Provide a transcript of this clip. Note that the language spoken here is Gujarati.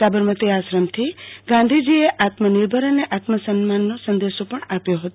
સાબરમતી આશ્રમથી ગાંધોજીએ આત્મનિર્ભર અને આત્મસન્માનને સંદેશો પણ આપ્યો હતો